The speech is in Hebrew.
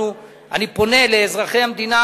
אני פונה לאזרחי המדינה